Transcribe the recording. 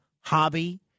hobby